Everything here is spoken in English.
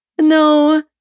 no